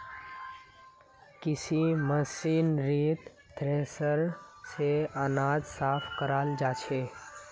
कृषि मशीनरीत थ्रेसर स अनाज साफ कराल जाछेक